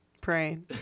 praying